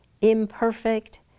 imperfect